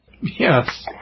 Yes